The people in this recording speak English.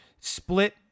split